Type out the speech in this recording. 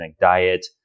diet